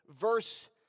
Verse